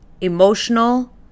emotional